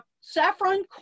saffron